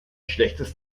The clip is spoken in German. schlechtes